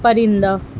پرندہ